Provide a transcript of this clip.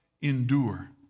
endure